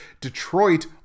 Detroit